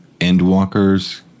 Endwalker's